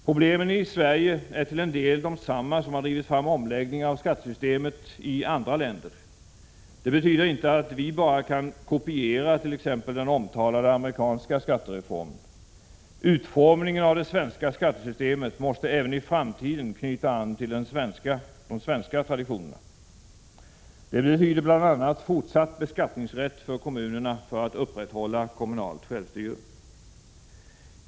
Problemen i Sverige är till en del desamma som har drivit fram omläggningar av skattesystemet i andra länder. Det betyder inte att vi bara kan kopiera t.ex. den omtalade amerikanska skattereformen. Utformningen av det svenska skattesystemet måste även i framtiden knyta an till svenska traditioner. Det betyder bl.a. fortsatt beskattningsrätt för kommunerna för att upprätthålla kommunalt självstyre.